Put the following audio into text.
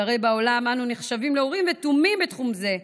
שהרי בעולם אנו נחשבים לאורים ותומים בתחום זה,